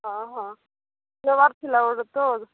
ହଁ ହଁ ନେବାର ଥିଲା ଗୋଟେ ତ